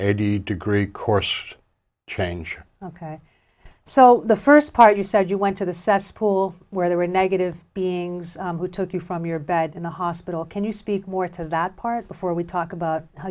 eighty degree course change ok so the first part you said you went to the cesspool where there were negative beings who took you from your bed in the hospital can you speak more to that part before we talk about how